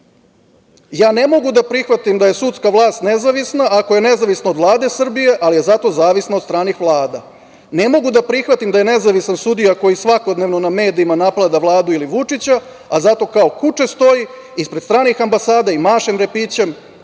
„Ja ne mogu da prihvatim da je sudska vlast nezavisna ako ne nezavisna od Vlade Srbije, ali je zato zavisna od stranih vlada. Ne mogu da prihvatim da je nezavisan sudija koji svakodnevno na medijima napada Vladu ili Vučića, a zato kao kuče stoji ispred stranih ambasada i maše repićem